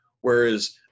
Whereas